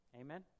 Amen